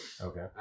Okay